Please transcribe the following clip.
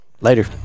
later